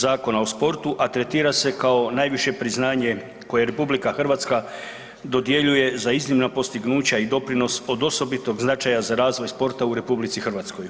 Zakona o sportu a tretira se kao najviše priznanje koje RH dodjeljuje za iznimna postignuća i doprinos od osobitog značaja za razvoj sporta u RH.